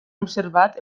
observat